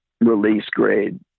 release-grade